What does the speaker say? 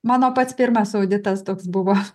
mano pats pirmas auditas toks buvo